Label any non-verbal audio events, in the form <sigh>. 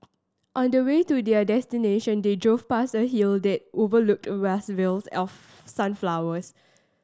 on the way to their destination they drove past a hill that overlooked vast fields <unintelligible> sunflowers